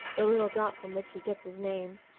the little dot from which he gets his name.